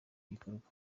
gikorwa